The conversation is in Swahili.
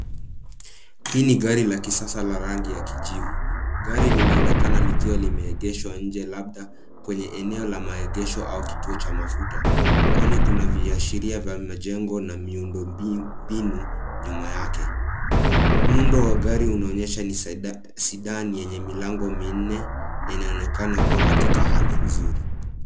Hii ni gari la kisasa la rangi ya kijivu. Gari linaonekana likiwa limeegeshwa nje labda kwenye eneo la maegesho au kituo cha mafuta kwani kuna viashiria vya majengo na miundombinu nyuma yake. Muundo wa gari unaonyesha ni Sidan yenye milango minne na inaonekana kuwa katika hali nzuri.